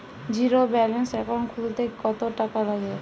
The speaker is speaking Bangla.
জীরো ব্যালান্স একাউন্ট খুলতে কত টাকা লাগে?